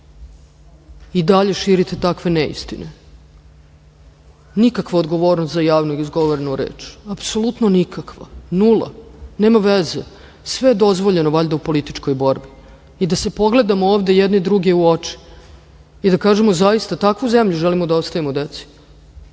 i dalje širite takve neistine. Nikakva odgovornost za javnu izgovorenu reč, apsolutno nikakva, nula. Nema veze, sve je dozvoljeno valjda u političkoj borbi i da pogledamo ovde jedne druge u oči i da kažemo zaista takvu zemlju želimo da ostavimo